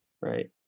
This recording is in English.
right